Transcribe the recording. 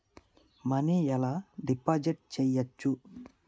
Money ఎలా deposit చేయచ్చు?